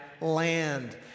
land